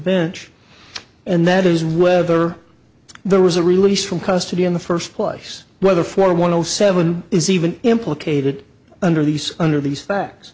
bench and that is whether there was a release from custody in the first place whether for one of the seven is even implicated under these under these facts